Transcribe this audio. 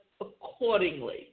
accordingly